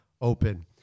open